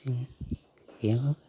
जों गैयाबाबो